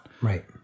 Right